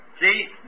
See